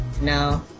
No